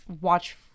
watch